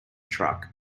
truck